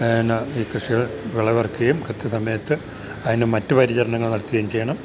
എന്നാ ഈ കൃഷികൾ വിളവിറക്കുകയും കൃത്യ സമയത്ത് അതിനു മറ്റു പരിചരണങ്ങൾ നടത്തുകയും ചെയ്യണം